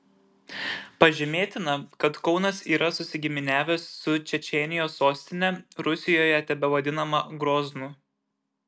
pažymėtina kad kaunas yra susigiminiavęs su čečėnijos sostine rusijoje tebevadinama groznu